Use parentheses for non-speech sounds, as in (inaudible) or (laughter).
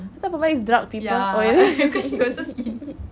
I thought pemadat is drug people oh ya (laughs)